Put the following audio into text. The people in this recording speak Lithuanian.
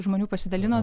žmonių pasidalino